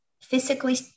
physically